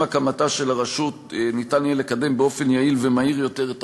עם הקמתה של הרשות ניתן יהיה לקדם באופן יעיל ומהיר יותר את